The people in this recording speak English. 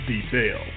Detail